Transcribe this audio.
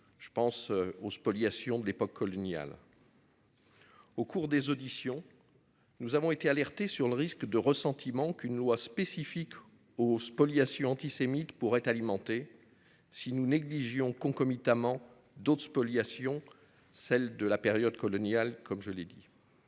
je pense aux spoliations de l'époque coloniale. Au cours des auditions. Nous avons été alertés sur le risque de ressentiment qu'une loi spécifique aux spoliations antisémites pourrait alimenter si nous négligeons concomitamment d'autres spoliation, celle de la période coloniale, comme je l'ai dit.